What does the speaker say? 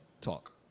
Talk